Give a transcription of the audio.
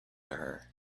her